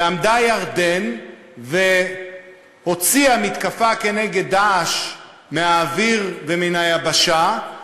ועמדה ירדן והוציאה מתקפה כנגד "דאעש" מן האוויר ומן היבשה,